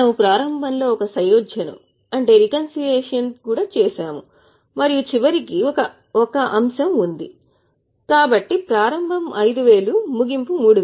మేము ప్రారంభంలో ఒక సయోధ్యను కూడా చేస్తాము మరియు చివరికి ఒకే అంశం ఉంది కాబట్టి ప్రారంభం 5000 ముగింపు 3000